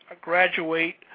graduate